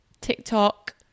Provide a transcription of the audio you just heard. tiktok